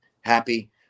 happy